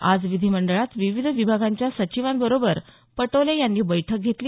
आज विधीमंडळात विविध विभागांच्या सचिवांबरोबर पटोले यांनी बैठक घेतली